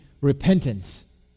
repentance